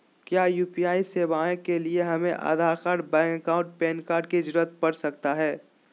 क्या यू.पी.आई सेवाएं के लिए हमें Aadhaar card bank account PAN card की जरूरत पड़ सकता है?